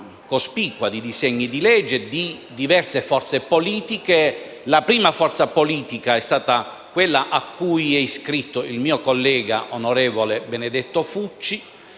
cospicua di disegni di legge di diverse forze politiche. La prima forza politica è stata quella cui è iscritto il mio collega, onorevole Benedetto Fucci,